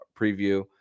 preview